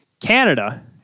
Canada